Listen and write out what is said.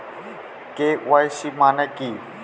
KYC মানে কী?